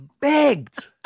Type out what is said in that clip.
begged